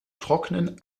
trocknen